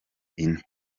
ine